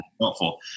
helpful